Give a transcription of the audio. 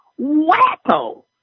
wacko